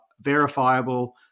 verifiable